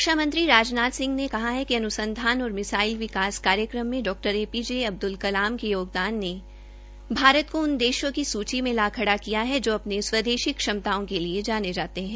रक्षा मंत्री राजनाथ सिंह ने कहा है कि अनुसंधान और मिसाइल विकास कार्यक्रम में डा A P J Abdul Kalam के योगदान ने भारत को उन देशों की सूची में ला खड़ा किया है जो स्वदेशी क्षमताओं के लिए जाने जाते है